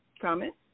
comment